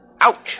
Ouch